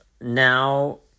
now